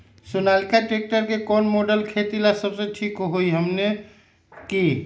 Sonalika tractor के कौन model खेती ला सबसे ठीक होई हमने की?